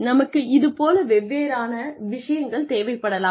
நமக்கு இதுபோல் வெவ்வேறான விஷயங்கள் தேவைப்படலாம்